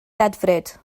ddedfryd